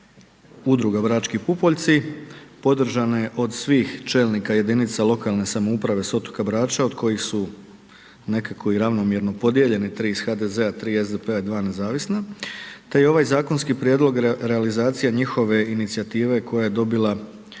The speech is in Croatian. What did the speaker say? udruga Brački pupoljci, podržana je od svih čelnika jedinica lokalne samouprave s otoka Brača od kojih su nekako i ravnomjerno podijeljene, tri iz HDZ-a, 3 SDP-a, 2 nezavisna te je ovaj zakonski prijedlog realizacija njihove inicijative koja je dobila i tu